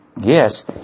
Yes